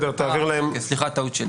הנוסח עבר התייחסויות רבות,